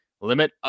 limit